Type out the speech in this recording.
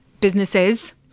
Businesses